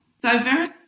diverse